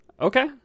Okay